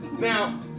Now